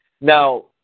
Now